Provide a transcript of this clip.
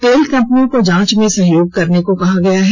तेल कंपनियों को जांच में सहयोग करने को कहा गया है